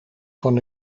von